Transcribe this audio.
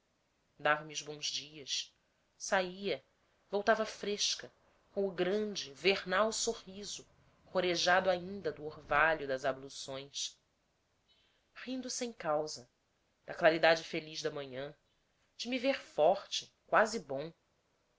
dava-me os bons dias sala voltava fresca com o grande vernal sorriso rorejado ainda do orvalho das abluções rindo sem causa da claridade feliz da manhã de me ver forte quase bom